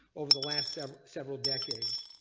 over the last several several decades.